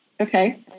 Okay